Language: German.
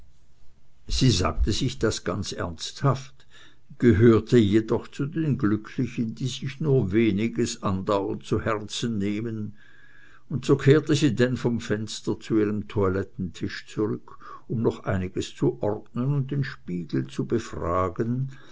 sie sagte sich das ganz ernsthaft gehörte jedoch zu den glücklichen die sich nur weniges andauernd zu herzen nehmen und so kehrte sie denn vom fenster zu ihrem toilettentisch zurück um noch einiges zu ordnen und den spiegel zu befragen